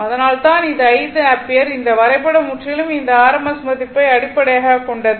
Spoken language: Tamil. அதனால்தான் இது 5 ஆம்பியர் இந்த வரைபடம் முற்றிலும் இந்த rms மதிப்பை அடிப்படையாகக் கொண்டது